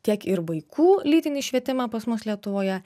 tiek ir vaikų lytinį švietimą pas mus lietuvoje